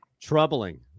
troubling